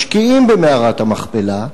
משקיעים במערת המכפלה,